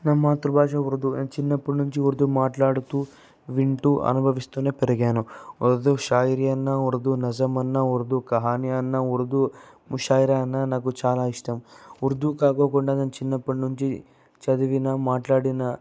నా మాతృభాష ఉర్దు అండ్ చిన్నప్పటి నుంచి ఉర్దు మాట్లాడుతూ వింటూ అనుభవిస్తూనే పెరిగాను ఉర్దు షాయరీ అన్నా ఉర్దు నజమ్ అన్నా ఉర్దు కహానీ అన్నా ఉర్దు ముషాయిరా అన్నా నాకు చాలా ఇష్టం ఉర్దు కాకుండా నేను చిన్నప్పటి నుంచి చదివినా మాట్లాడినా